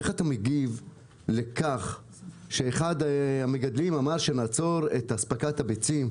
איך אתה מגיב לכך שאחד המגדלים אמר שנעצור את אספקת הביצים,